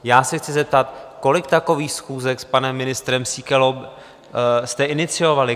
Já se chci zeptat, kolik takových schůzek s panem ministrem Síkelou jste iniciovali?